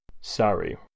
Sorry